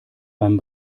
beim